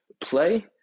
play